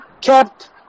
kept